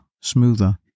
smoother